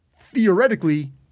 theoretically